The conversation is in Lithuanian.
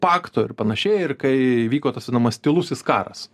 pakto ir panašiai ir kai įvyko tas vadinamas tylusis karas